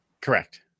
correct